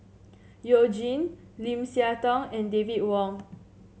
You Jin Lim Siah Tong and David Wong